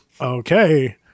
okay